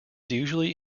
usually